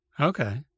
Okay